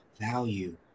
value